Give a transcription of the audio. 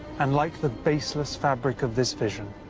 and, like the baseless fabric of this vision,